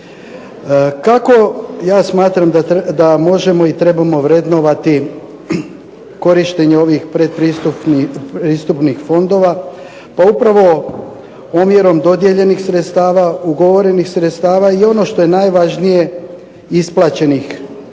Kako ja smatram da možemo i trebamo vrednovati korištenje ovih predpristupnih fondova. Pa upravo omjerom dodijeljenih sredstava, ugovorenih sredstava, i ono što je najvažnije isplaćenih sredstava,